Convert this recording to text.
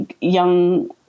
young